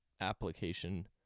application